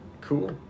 Cool